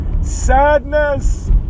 Sadness